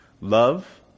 Love